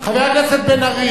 חבר הכנסת בן-ארי,